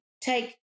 take